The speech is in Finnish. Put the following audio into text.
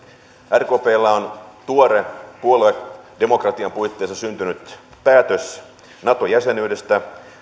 rkpllä on tuore puoluedemokratian puitteissa syntynyt päätös nato jäsenyydestä